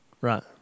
right